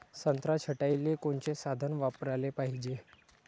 संत्रा छटाईले कोनचे साधन वापराले पाहिजे?